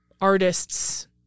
artists